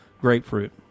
grapefruit